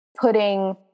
putting